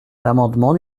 l’amendement